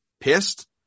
pissed